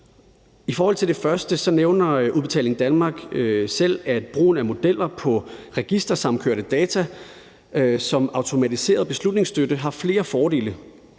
I forhold til det første nævner Udbetaling Danmark selv, at brugen af modeller på registersamkørte data som automatiseret beslutningsstøtte har flere fordele.